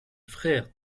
frères